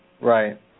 Right